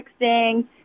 texting